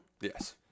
Yes